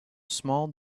small